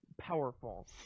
powerful